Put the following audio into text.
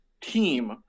team